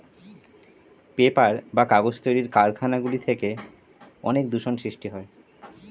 paper বা কাগজ তৈরির কারখানা গুলি থেকে অনেক দূষণ সৃষ্টি হয়